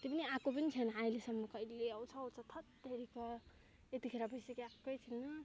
त्यही पनि आएको पनि छैन अहिलेसम्म कहिले आउँछ आउँछ थैत तेरिका यतिखेर भइसक्यो आएकै छैन